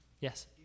Yes